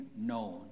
known